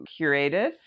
curated